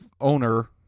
owner